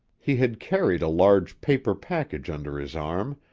he had carried a large paper package under his arm,